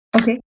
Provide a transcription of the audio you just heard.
Okay